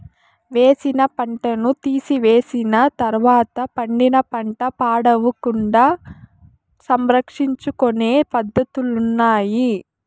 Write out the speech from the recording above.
వేసిన పంటను తీసివేసిన తర్వాత పండిన పంట పాడవకుండా సంరక్షించుకొనే పద్ధతులున్నాయి